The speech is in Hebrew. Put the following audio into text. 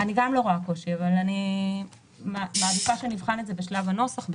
אני גם לא רואה קושי אבל אני מעדיפה שנבחן את זה בשלב הנוסח,